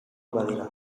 badira